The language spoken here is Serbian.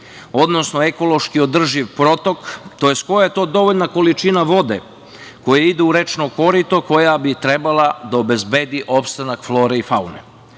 odnosno ekološki održiv protok, tj. koja je to dovoljna količina vode koja ide u rečno korito koja bi trebala da obezbedi opstanak flore i faune.